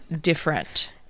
different